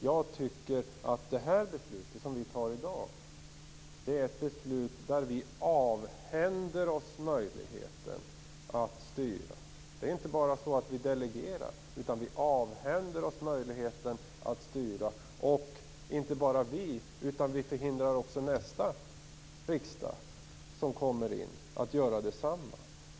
Jag tycker att det beslut vi fattar i dag är ett beslut där vi avhänder oss möjligheten att styra. Vi delegerar inte, utan vi avhänder oss möjligheten att styra. Det gäller inte bara oss, utan vi förhindrar också kommande riksdag att göra detsamma.